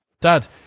Dad